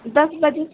दस बजे